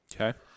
Okay